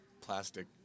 plastic